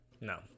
No